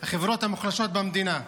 החברות המוחלשות במדינה,